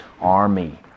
army